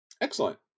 Excellent